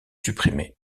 supprimé